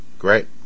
Great